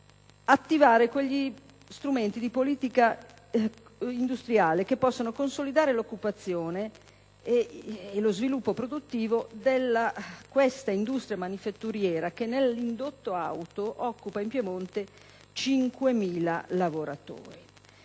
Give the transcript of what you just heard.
attivare quegli strumenti di politica industriale che possono consolidare l'occupazione e lo sviluppo produttivo di questa industria manifatturiera, che nell'indotto auto occupa, in Piemonte, 5.000 lavoratori.